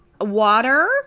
Water